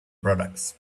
products